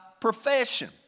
profession